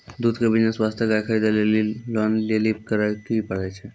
दूध के बिज़नेस वास्ते गाय खरीदे लेली लोन लेली की करे पड़ै छै?